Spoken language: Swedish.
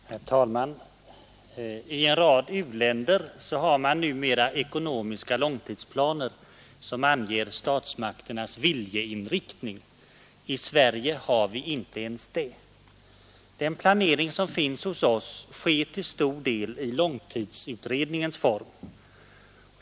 Herr talman! I en rad u-länder har man numera ekonomiska långtidsplaner som anger statsmakternas viljeinriktning. I Sverige har vi inte ens det. Den planering som finns hos oss sker till stor del i långtidsutredningens form.